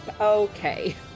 Okay